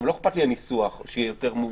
לא אכפת לי הניסוח, שיהיה יותר מעודן.